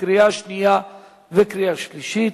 קריאה שנייה וקריאה שלישית.